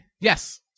Yes